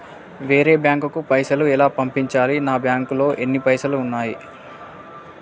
వేరే బ్యాంకుకు పైసలు ఎలా పంపించాలి? నా బ్యాంకులో ఎన్ని పైసలు ఉన్నాయి?